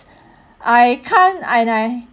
I can't and I